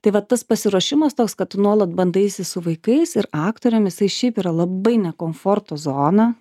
tai vat tas pasiruošimas toks kad tu nuolat bandaisi su vaikais ir aktoriam jisai šiaip yra labai ne komforto zona